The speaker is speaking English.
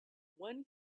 one